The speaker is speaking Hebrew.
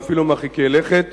ואפילו מרחיקי לכת,